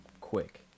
quick